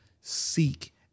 seek